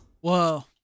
Whoa